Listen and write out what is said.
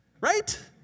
right